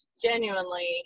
Genuinely